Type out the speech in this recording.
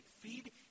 feed